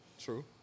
True